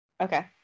Okay